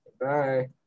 bye